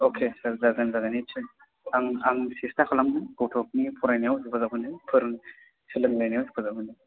अके सार जागोन जागोन निस्सय आं आं सेसथा खालामगोन गथ'फोरनि फरायनायाव हेफाजाब होनो फोरों सोलोंनायआव हेफाजाब होनो